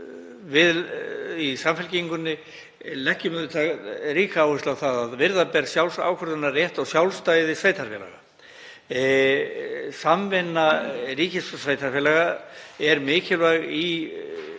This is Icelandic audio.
Við í Samfylkingunni leggjum ríka áherslu á að virða beri sjálfsákvörðunarrétt og sjálfstæði sveitarfélaga. Samvinna ríkis og sveitarfélaga er mikilvæg á